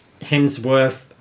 Hemsworth